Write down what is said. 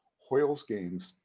hoyle's games,